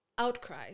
outcry